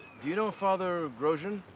you know father grosjean?